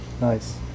nice